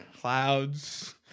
clouds